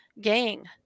gang